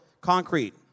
concrete